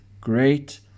great